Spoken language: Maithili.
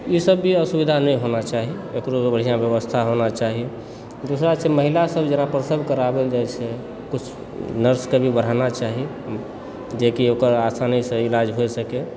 ई सब भी असुविधा नहि होबाक चाही ओकरो लऽ बढ़िआँ व्यवस्था होना चाही दोसर छै महिला सब जेना प्रसव कराबै लए जाइत छथि किछु नर्सके भी बढ़ाना चाही जे कि ओकर आसानीसँ इलाज भऽ सकै